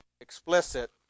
explicit